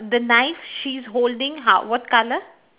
the knife she's holding how what colour